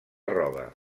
roba